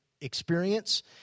experience